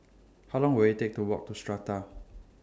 How Long Will IT Take to Walk to Strata